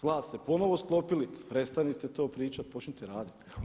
Vlast se ponovno sklopili prestanite to pričati, počnite raditi.